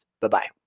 Bye-bye